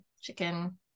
chicken